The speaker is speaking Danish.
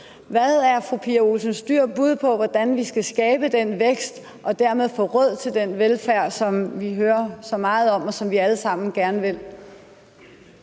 Hvad er fru Pia Olsen Dyhrs bud på, hvordan vi skal skabe den vækst og dermed få råd til den velfærd, som vi hører så meget om, og som vi alle sammen gerne vil